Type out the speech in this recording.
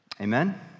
Amen